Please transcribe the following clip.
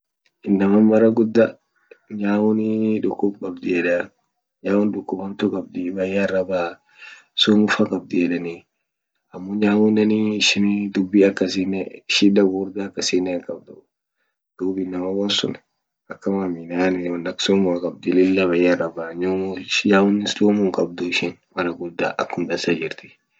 Inaman mara guda nyauni dukub qabdi yedaa nyaun dukub hamtu qabdi bayya ira baa sumufa qabdi yedani amo nyauneni ishini dubi akasinen shida gugurda akasinen hinqabdu duub inaman won sun akama amine yani won ak sumua qabd lilla bayya ira baa nyaun sumu hinqabdu ishin mara guda akum dansa jirti.